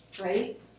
right